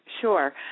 sure